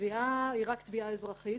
התביעה היא רק תביעה אזרחית.